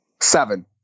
Seven